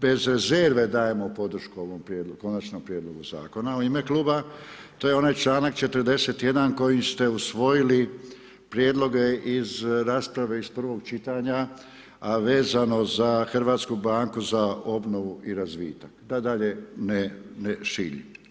bez rezerve dajemo podršku ovom Konačnom prijedlogu Zakona u ime Kluba, to je onaj članak 41., kojim ste usvojili prijedloge iz rasprave iz I. čitanja, a vezano za Hrvatsku banku za obnovu i razvitak, da dalje ne šiljim.